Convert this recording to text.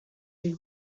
big